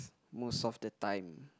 most of the time